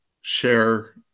share